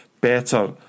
better